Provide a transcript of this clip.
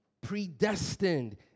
predestined